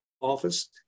office